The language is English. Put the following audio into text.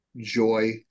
joy